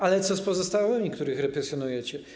Ale co z pozostałymi, których represjonujecie?